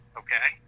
okay